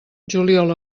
juliol